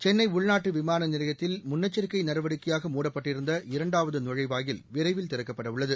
சென்னை உள்நாட்டு விமான நிலையத்தில் முன்னெச்சரிக்கை நடவடிக்கையாக மூடப்பட்டிருந்த இரண்டாவது நுழைவாயில் விரைவில் திறக்கப்படவுள்ளது